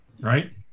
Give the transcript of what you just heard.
right